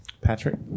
Patrick